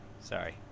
Sorry